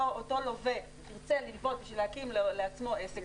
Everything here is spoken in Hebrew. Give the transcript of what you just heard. לווה ירצה ללוות בשביל להקים לעצמו עסק,